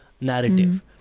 narrative